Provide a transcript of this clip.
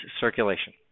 circulation